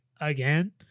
again